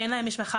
אין להם משפחה,